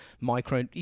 micro